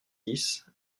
dix